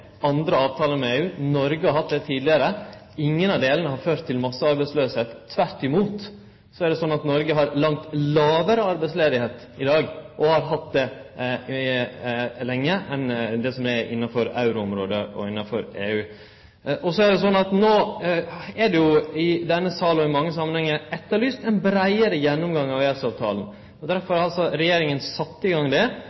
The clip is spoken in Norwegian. tidlegare. Ingen av delane har ført til massearbeidsløyse. Tvert imot er det slik at Noreg har langt lågare arbeidsløyse i dag, og har hatt det lenge, enn det som er innanfor euroområdet og EU. Så er det slik at no er det i denne salen og i mange samanhengar etterlyst ein breiare gjennomgang av EØS-avtalen. Derfor